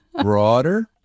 broader